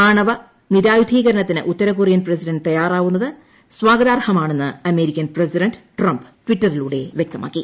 ആണവ നിരായുധീകരണത്തിന് ഉത്തരകൊറിയൻ പ്രസിഡന്റ് തയ്യാറാവുന്നത് സ്വഗതാർഹമാണെന്ന് അമേരിക്കൻ പ്രസിഡന്റ് ട്രംപ് ട്വീറ്റിലൂടെ വ്യക്തമാക്കി